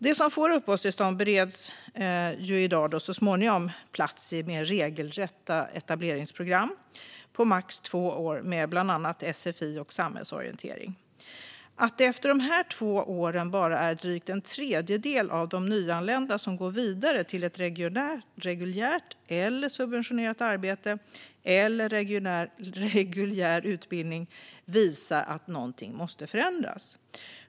De som får uppehållstillstånd bereds så småningom plats i mer regelrätta etableringsprogram på max två år med bland annat sfi och samhällsorientering. Att det efter de två åren bara är en dryg tredjedel av de nyanlända som går vidare till ett reguljärt eller subventionerat arbete eller reguljär utbildning visar att någonting måste förändras.